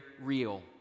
real